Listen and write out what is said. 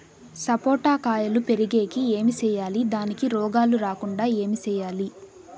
సపోట కాయలు పెరిగేకి ఏమి సేయాలి దానికి రోగాలు రాకుండా ఏమి సేయాలి?